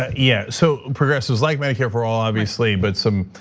ah yeah, so progressives like medicare for all, obviously, but some